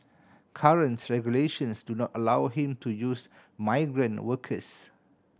currents regulations do not allow him to use migrant workers